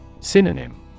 Synonym